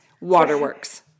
Waterworks